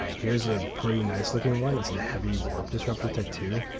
ah here's a pretty nice looking one it's the heavy warp disrupter tech two,